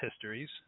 histories